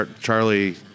Charlie